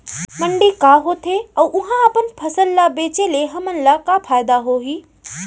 मंडी का होथे अऊ उहा अपन फसल ला बेचे ले हमन ला का फायदा होही?